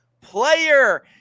player